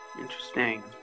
Interesting